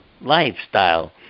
lifestyle